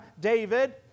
David